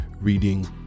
reading